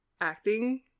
acting